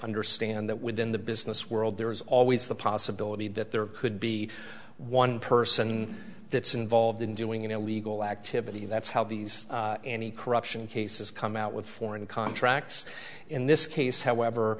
understand that within the business world there is always the possibility that there could be one person that's involved in doing an illegal activity that's how these any corruption cases come out with foreign contracts in this case however